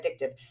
addictive